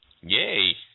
Yay